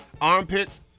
Armpits